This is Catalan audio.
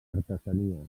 artesania